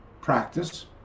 practice